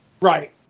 right